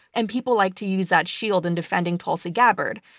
and people like to use that shield in defending tulsi gabbard.